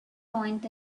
point